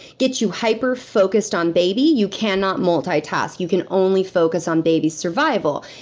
gets you hyperfocused on baby. you cannot multitask. you can only focus on baby's survival.